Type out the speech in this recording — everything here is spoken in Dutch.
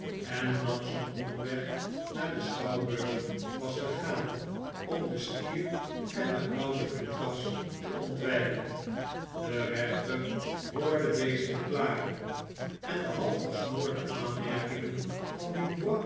en langs een omweg naar den schouwburg was gegaan om den stier en den ouden lukas te ontwijken de rechter hoorde deze verklaringen en de halfgesmoorde aanmerkingen van